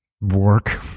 work